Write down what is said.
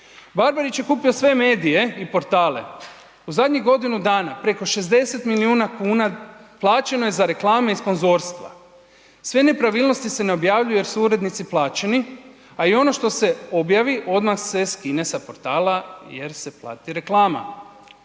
Barbarić je kupio sve medije i portale. U zadnjih godinu dana preko 60 milijuna kuna plaćeno je za reklame i sponzorstva, sve nepravilnosti se ne objavljuju jer su urednici plaćeni a i ono što se objavi odmah se skine sa portala jer se plati reklama.